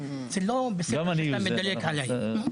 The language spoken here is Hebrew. זה לא בסדר שאתה מדלג עליי.